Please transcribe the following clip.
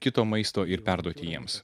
kito maisto ir perduoti jiems